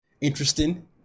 interesting